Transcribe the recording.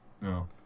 no